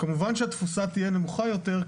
כמובן שהתפוסה תהיה נמוכה יותר,